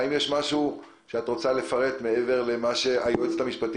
האם לחברי הכנסת יש שאלות לנציגת המשטרה?